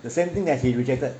the same thing that she rejected